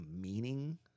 meaning